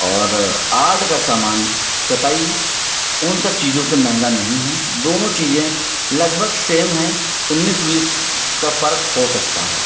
और आर्ट का सामान कतई उन सब चीज़ों से महंगा नहीं है दोनों चीज़ें लगभग सेम है उन्नीस बीस का फर्क हो सकता है